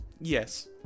Yes